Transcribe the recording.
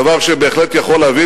דבר שבהחלט יכול להביא,